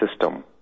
system